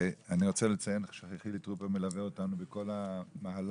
אני רוצה לציין שחילי טרופר מלווה אותנו בכל המהלך,